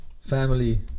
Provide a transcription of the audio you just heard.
family